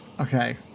okay